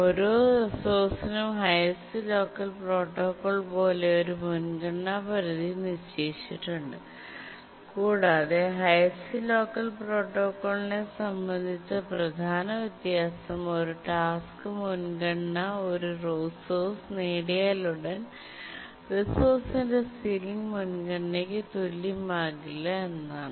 ഓരോ റിസോഴ്സിനും highest locker protocol പോലെ ഒരു മുൻഗണന പരിധി നിശ്ചയിച്ചിട്ടുണ്ട് കൂടാതെ ഹൈഎസ്റ് ലോക്കർ പ്രോട്ടോക്കോളിനെ സംബന്ധിച്ച പ്രധാന വ്യത്യാസം ഒരു ടാസ്ക് മുൻഗണന ഒരു റിസോഴ്സ് നേടിയാലുടൻ റിസോഴ്സിന്റെ സീലിംഗ് മുൻഗണനയ്ക്ക് തുല്യമാകില്ല എന്നതാണ്